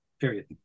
period